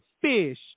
fish